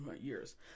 years